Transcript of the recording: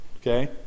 okay